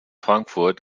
frankfurt